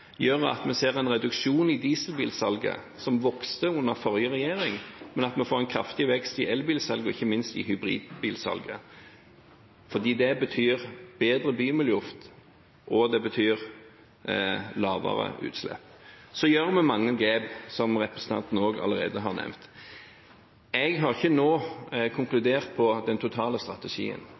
gjør at vi ser en reduksjon i dieselbilsalget, som vokste under forrige regjering, og at vi får en kraftig vekst i elbilsalget, ikke minst i hybridbilsalget, for det betyr bedre bymiljøluft og lavere utslipp. Så gjør vi mange grep, som representanten allerede har nevnt. Jeg har ikke nå konkludert når det gjelder den totale strategien,